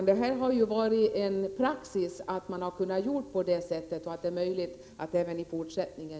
Det har ju varit en praxis att kunna ge stöd till dessa organisationer, och det bör det vara även i fortsättningen.